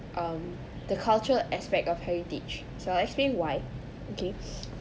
um the cultural aspect of heritage so I'll explain why okay